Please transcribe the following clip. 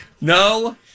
No